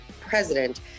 president